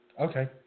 Okay